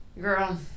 Girl